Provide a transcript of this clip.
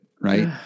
right